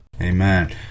amen